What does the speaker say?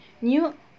New